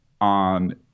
on